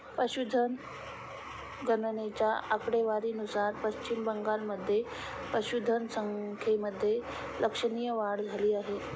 पशुधन गणनेच्या आकडेवारीनुसार पश्चिम बंगालमध्ये पशुधन संख्येमध्ये लक्षणीय वाढ झाली आहे